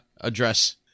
address